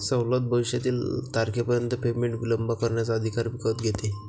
सवलत भविष्यातील तारखेपर्यंत पेमेंट विलंब करण्याचा अधिकार विकत घेते